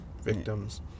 victims